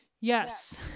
Yes